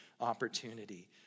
opportunity